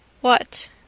What